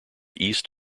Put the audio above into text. east